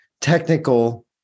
technical